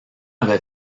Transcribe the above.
avait